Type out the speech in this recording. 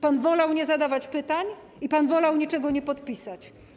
Pan wolał nie zadawać pytań i pan wolał niczego nie podpisać.